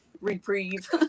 reprieve